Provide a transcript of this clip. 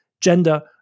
gender